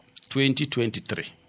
2023